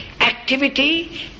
activity